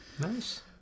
Nice